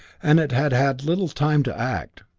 and it had had little time to act,